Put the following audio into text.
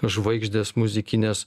žvaigždės muzikinės